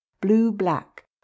blue-black